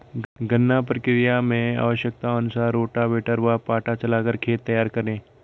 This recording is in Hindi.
गन्ना प्रक्रिया मैं आवश्यकता अनुसार रोटावेटर व पाटा चलाकर खेत तैयार करें